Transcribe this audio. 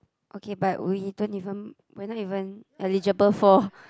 okay but we don't even we're not even eligible for